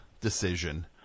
decision